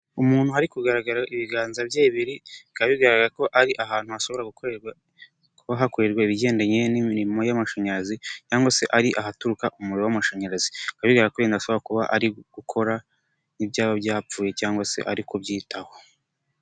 Umuntu ari kugaragara ibiganza bye bibiiri bikaba bigaragarako ari ahantu hashobora gukorerwa kuba hakorerwa ibigendanye n'imirimo y'amashanyarazi cyangwa se ari ahaturuka umuriro w'amashanyarazi, bigaragarako wenda ashobora kuba ari gukora nk'ibyaba byapfuye cyangwa se ari kubyitaho.